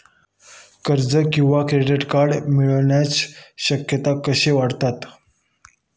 कर्ज किंवा credit card मिळण्याची शक्यता कशी वाढवावी?